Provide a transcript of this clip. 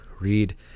read